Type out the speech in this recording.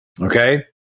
okay